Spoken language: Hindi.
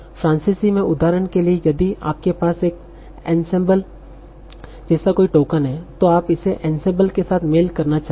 फ्रांसीसी में उदाहरण के लिए यदि आपके पास एंसेंबल जैसा कोई टोकन है तो आप इसे एंसेंबल के साथ मेल करना चाहते हैं